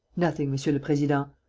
nothing, monsieur le president.